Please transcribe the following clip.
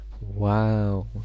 Wow